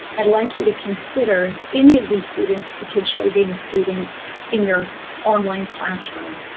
i'd like you to consider any of these students potentially being a student in your online classroom.